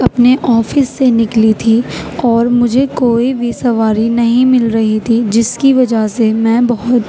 اپنے آفس سے نکلی تھی اور مجھے کوئی بھی سواری نہیں مل رہی تھی جس کی وجہ سے میں بہت